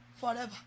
Forever